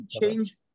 change